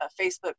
Facebook